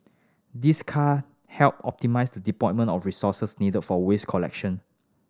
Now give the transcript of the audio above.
this can help optimise the deployment of resources needed for waste collection